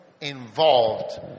involved